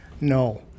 No